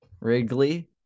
Wrigley